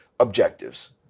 objectives